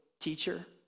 teacher